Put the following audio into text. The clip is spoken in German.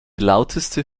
lauteste